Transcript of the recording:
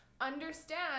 understand